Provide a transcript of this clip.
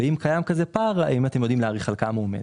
אם קיים כזה פער האם אתם יודעים להעריך על כמה הוא עומד?